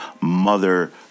mother